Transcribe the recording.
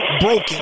broken